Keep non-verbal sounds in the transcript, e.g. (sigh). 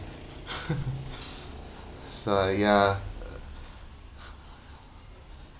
(laughs) (breath) so ya (breath) uh